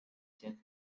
check